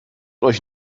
euch